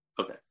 Okay